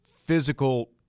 physical